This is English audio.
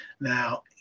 Now